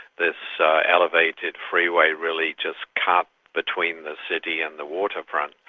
this elevated freeway really just cut between the city and the waterfront.